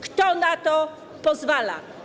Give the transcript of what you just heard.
Kto na to pozwala?